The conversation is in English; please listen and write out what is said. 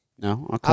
No